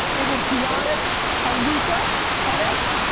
it would giannis and luka, ten x,